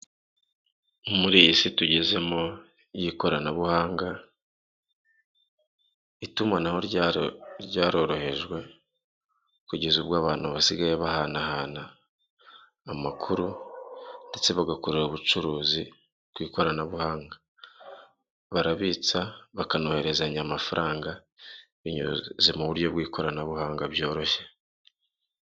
Muri iyi si tugeze mu y'koranabuhanga, itumanaho rya ryarorohejwe kugeza ubwo abantu basigaye bahanahana amakuru ndetse bagakorera ubucuruzi, kuko anabuhanga, barabitsa, bakanohererezanya amafaranga binyuze mu buryo bw'ikoranabuhanga byoroshye.